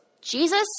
Jesus